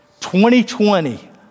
2020